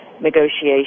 negotiation